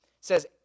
says